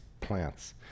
plants